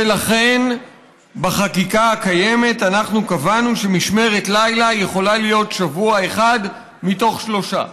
ולכן בחקיקה הקיימת קבענו שמשמרת לילה יכולה להיות שבוע אחד מתוך שלושה.